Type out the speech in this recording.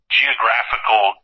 geographical